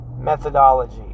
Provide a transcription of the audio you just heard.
Methodology